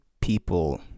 people